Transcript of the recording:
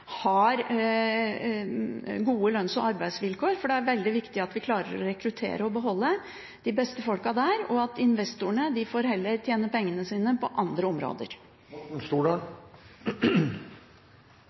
har gode lønns- og arbeidsvilkår, for det er veldig viktig at vi klarer å rekruttere og beholde de beste folkene der. Investorene får heller tjene pengene sine på andre områder.